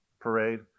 parade